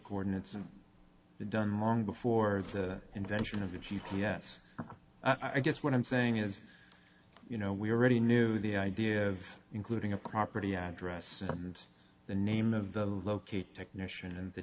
coordinates and done long before the invention of the g p s i guess what i'm saying is you know we already knew the idea of including a property address and the name of the locate technician and the